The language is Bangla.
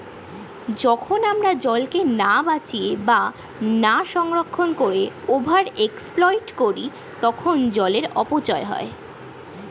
যখন আমরা জলকে না বাঁচিয়ে বা না সংরক্ষণ করে ওভার এক্সপ্লইট করি তখন জলের অপচয় হয়